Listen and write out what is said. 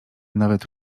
nawet